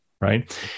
Right